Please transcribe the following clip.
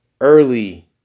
early